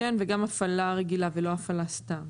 כן, וגם הפעלה רגילה ולא הפעלה סתם.